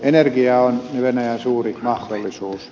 energia on venäjän suuri mahdollisuus